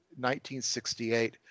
1968